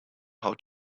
how